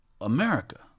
America